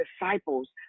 disciples